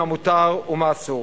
מה מותר ומה אסור.